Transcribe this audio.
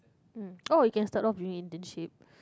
uh oh you can start off during internship